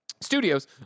Studios